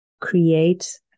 create